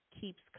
keeps